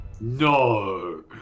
No